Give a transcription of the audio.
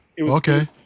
Okay